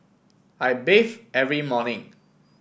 I bathe every morning